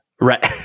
right